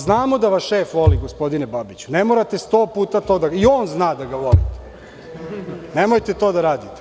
Znamo da vas šef voli, gospodine Babiću, ne morate 100 puta to da, i on zna da ga volite, nemojte to da radite.